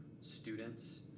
students